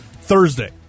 Thursday